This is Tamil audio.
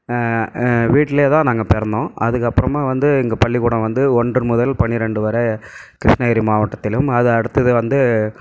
வீட்டில்தான் நாங்கள் பிறந்தோம் அதுக்கப்புறமா வந்து இங்கே பள்ளிக்கூடம் வந்து ஒன்று முதல் பன்னிரெண்டு வரை கிருஷ்ணகிரி மாவட்டத்திலும் அது அடுத்தது வந்து